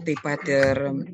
taip pat ir